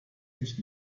mich